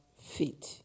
feet